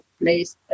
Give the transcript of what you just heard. Place